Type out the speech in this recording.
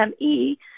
M-E